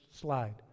slide